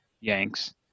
Yanks